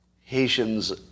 Haitians